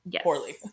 poorly